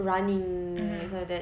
running that's why that